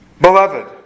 Beloved